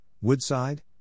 Woodside